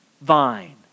vine